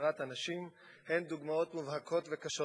הנשים הן דוגמאות מובהקות וקשות לכך.